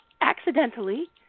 accidentally